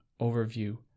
Overview